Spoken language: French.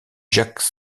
jacques